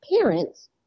parents